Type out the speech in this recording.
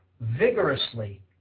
vigorously